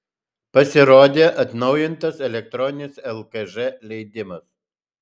pasirodė atnaujintas elektroninis lkž leidimas